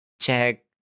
check